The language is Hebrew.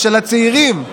ושל הצעירים,